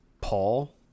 Paul